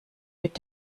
mit